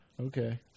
Okay